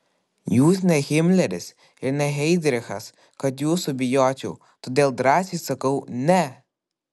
jūs ne himleris ir ne heidrichas kad jūsų bijočiau todėl drąsiai sakau ne